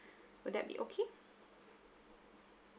will that be okay